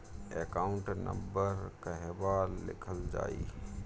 Account number कहवा लिखल जाइ?